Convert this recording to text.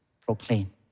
Proclaim